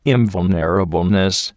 Invulnerableness